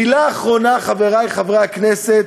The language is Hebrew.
מילה אחרונה, חברי חברי הכנסת,